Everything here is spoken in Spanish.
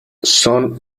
son